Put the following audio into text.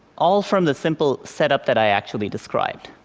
all from the simple setup that i actually described.